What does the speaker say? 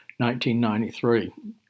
1993